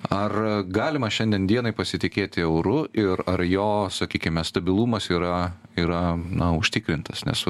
ar galima šiandien dienai pasitikėti euru ir ar jo sakykime stabilumas yra yra na užtikrintas nes